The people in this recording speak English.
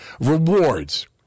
rewards